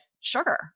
sugar